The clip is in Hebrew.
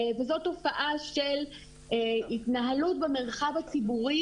וזאת תופעה של התנהלות במרחב הציבורי